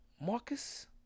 Marcus